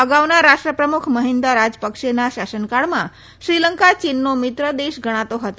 અગાઉના રાષ્ટ્રપ્રમુખ મહિન્દા રાજપકસેના શાસનકાળમાં શ્રીલંકા ચીનનો મિત્ર દેશ ગણાતો હતો